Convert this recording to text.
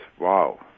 wow